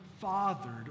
fathered